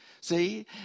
See